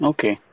Okay